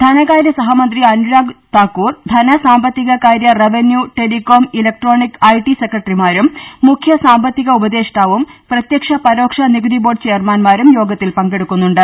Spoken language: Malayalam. ധനകാര്യ സഹമന്ത്രി അനുരാഗ് താക്കൂർ ധ്ന സാമ്പത്തികകാര്യ റവന്യൂ ടെലികോം ഇലക്ട്രോണിക് ഐടി സെക്രട്ടറിമാരും മുഖ്യ സാമ്പ ത്തിക ഉപദേഷ്ടാവും പ്രതൃക്ഷ് പരോക്ഷ നികുതിബോർഡ് ചെയർമാൻമാരും യോഗത്തിൽ പങ്കെടുക്കുന്നുണ്ട്